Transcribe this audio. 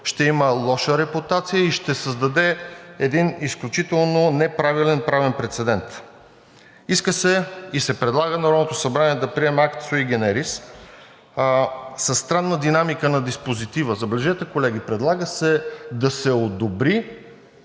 ще има лоша репутация и ще създаде един изключително неправилен правен прецедент. Иска се и се предлага Народното събрание да приеме акта sui generis – със странна динамика на диспозитива. Забележете, колеги, предлага се да се одобри